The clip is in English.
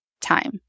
time